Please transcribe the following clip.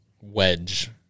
wedge